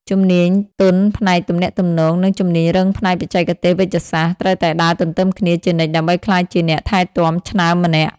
ជំនាញទន់ផ្នែកទំនាក់ទំនង និងជំនាញរឹងផ្នែកបច្ចេកទេសវេជ្ជសាស្ត្រ ត្រូវតែដើរទន្ទឹមគ្នាជានិច្ចដើម្បីក្លាយជាអ្នកថែទាំឆ្នើមម្នាក់។